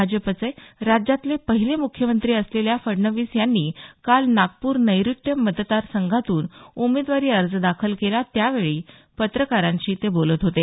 भाजपचे राज्यातील पहिले मुख्यमंत्री असलेल्या फडणवीस यांनी काल नागपूर नैऋत्य मतदार संघातून उमेदवारी अर्ज दाखल केला त्यावेळी पत्रकारांशी ते बोलत होते